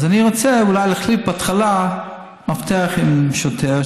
אז אני ארצה אולי להחליף בהתחלה מאבטח בשוטר,